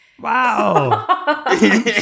Wow